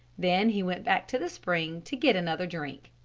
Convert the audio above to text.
then he went back to the spring to get another drink.